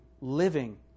living